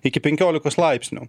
iki penkiolikos laipsnių